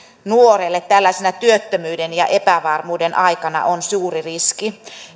nuorelle tällaisena työttömyyden ja epävarmuuden aikana on suuri riski